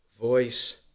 voice